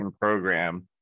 program